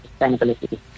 sustainability